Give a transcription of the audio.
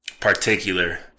Particular